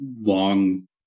long